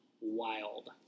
Wild